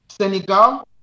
Senegal